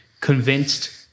convinced